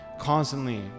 constantly